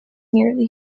nearly